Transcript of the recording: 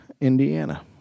Indiana